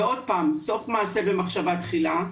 ועוד פעם, סוף מעשה במחשבה תחילה.